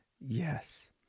Yes